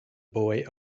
boy